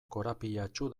korapilatsu